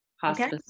Hospice